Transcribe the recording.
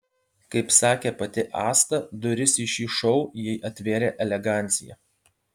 kaip sakė pati asta duris į šį šou jai atvėrė elegancija